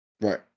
right